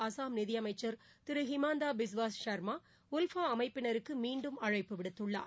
அஸ்ஸாம் நிதியமைச்சர் திரு ஹிமாந்தா பிஸ்வாஸ் சர்மா உல்ஃபா அமைப்பினருக்கு மீண்டும் அழைப்பு விடுத்துள்ளார்